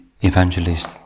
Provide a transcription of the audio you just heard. Evangelist